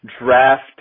draft